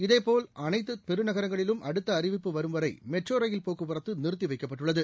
இதேபோல் அனைத்து பெருநகரங்களிலும் அடுத்த அறிவிப்பு வரும் வரை மெட்ரோ ரயில் போக்குவரத்தும் நிறுத்தி வைக்கப்பட்டுள்ளது